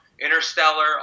Interstellar